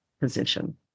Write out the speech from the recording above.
position